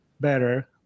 better